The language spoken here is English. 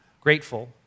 grateful